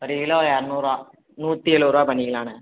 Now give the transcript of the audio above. ஒரு கிலோ இரநூறுவா நூற்றி எழுவது ரூபா பண்ணிக்கலாண்ணே